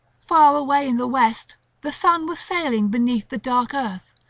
far away in the west the sun was sailing beneath the dark earth,